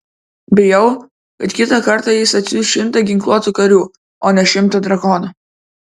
bijau kad kitą kartą jis atsiųs šimtą ginkluotų karių o ne šimtą drakonų